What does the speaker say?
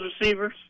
receivers